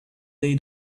they